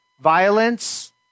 Violence